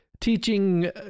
teaching